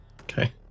Okay